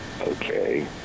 Okay